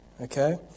Okay